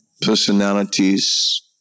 personalities